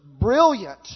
brilliant